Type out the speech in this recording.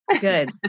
Good